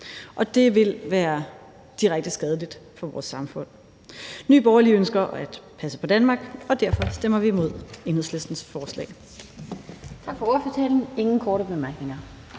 det vil være direkte skadeligt for vores samfund. Nye Borgerlige ønsker at passe på Danmark, og derfor stemmer vi imod Enhedslistens forslag.